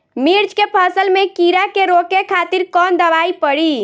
मिर्च के फसल में कीड़ा के रोके खातिर कौन दवाई पड़ी?